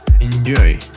Enjoy